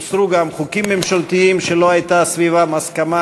הוסרו גם חוקים ממשלתיים שלא הייתה סביבם הסכמה,